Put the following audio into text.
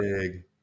big